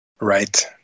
right